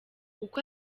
uko